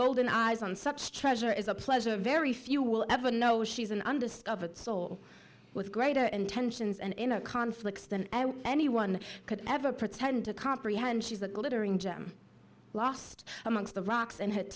golden eyes on such treasure is a pleasure very few will ever know she's an undiscovered soul with greater intentions and in a conflicts than anyone could ever pretend to comprehend she's the glittering gem lost amongst the rocks and h